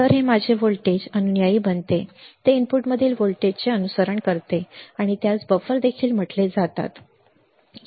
तर हे माझे व्होल्टेज अनुयायी बनते ते इनपुटमधील व्होल्टेजचे अनुसरण करते किंवा त्यास बफर देखील म्हटले जाते याला बफर देखील म्हणतात